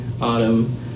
Autumn